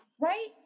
right